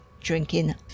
drinking